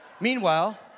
Meanwhile